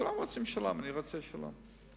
כולם רוצים שלום, אני רוצה שלום.